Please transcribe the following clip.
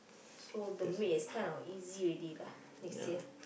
so the maid is kind of easy already next year